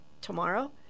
tomorrow